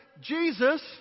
Jesus